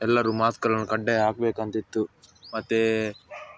ಎಲ್ಲರು ಮಾಸ್ಕ್ಗಳನ್ನು ಕಡ್ಡಾಯ ಹಾಕಬೇಕಂತಿತ್ತು ಮತ್ತೆ